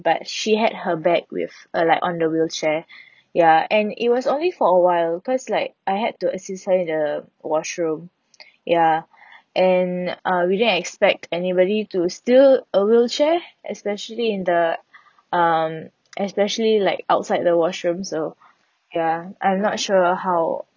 but she had her bag with uh like on the wheelchair ya and it was only for a while cause like I had to assist her in the washroom ya and uh we didn't expect anybody to steal a wheelchair especially in the um especially like outside the washroom so ya I'm not sure how